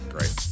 Great